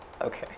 Okay